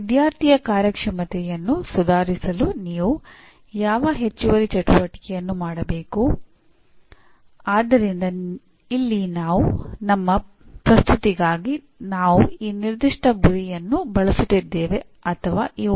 ವಿಭಾಗ ಎಂದರೆ ಒಂದು ವಿಷಯಕ್ಕೆ ನಿರ್ದಿಷ್ಟವಾದದ್ದು ಮತ್ತು ವೃತ್ತಿಪರ ಎಂದರೆ ಯಾವುದೇ ರೀತಿಯ ಎಂಜಿನಿಯರಿಂಗ್ ವೃತ್ತಿಯಲ್ಲಿ ಯಾವುದೇ ವ್ಯಕ್ತಿಯು ಹೊಂದಿರಬೇಕಾದ ಸಾಮರ್ಥ್ಯಗಳು